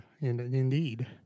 indeed